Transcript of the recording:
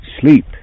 Sleep